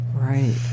Right